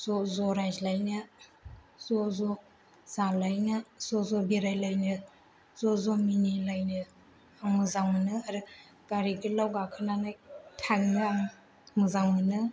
ज' ज' रायज्लायनो ज' ज' जालायनो ज' ज' बेरायलायनो ज' ज' मिनिलायनो आं मोजां मोनो आरो गारि गोलाव गाखोनानै थांनो आं मोजां मोनो